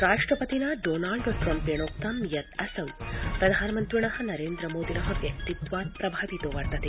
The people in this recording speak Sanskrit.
राष्ट्रपतिना डोनाल्ड ट्रम्पेणोक्तं यत् असौ प्रधानमन्त्रिणः नरेन्द्रमोदिनः व्यक्तित्वात् प्रभावितो वर्तते